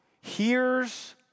hears